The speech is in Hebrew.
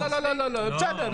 בוועדה.